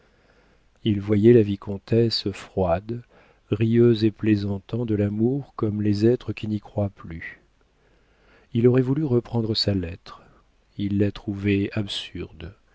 il voyait la vicomtesse froide rieuse et plaisantant de l'amour comme les êtres qui n'y croient plus il aurait voulu reprendre sa lettre il la